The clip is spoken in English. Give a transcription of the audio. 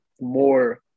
more –